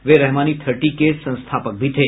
वे Rahmani thirty के संस्थापक भी थे